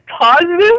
positive